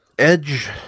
Edge